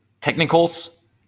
technicals